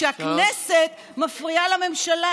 שהכנסת מפריעה לממשלה,